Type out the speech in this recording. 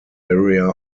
area